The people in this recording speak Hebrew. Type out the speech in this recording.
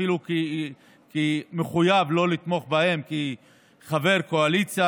אפילו מחויב לא לתמוך בהם כחבר קואליציה,